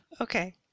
okay